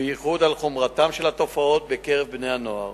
ובייחוד על חומרתן של התופעות האלה בקרב בני-הנוער.